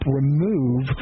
remove